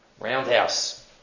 Roundhouse